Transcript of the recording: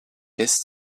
des